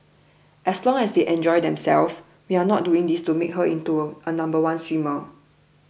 as long as they enjoy themselves we are not doing this to make her into a number one swimmer